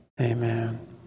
Amen